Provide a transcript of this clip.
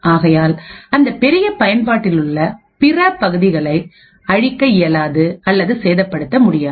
ஆகையால் அந்த பெரிய பபயன்பாட்டிலுள்ள பிற தொகுதிகளை அழிக்க இயலாது அல்லது சேதப்படுத்த முடியாது